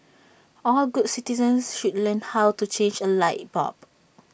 all good citizens should learn how to change A light bulb